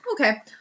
Okay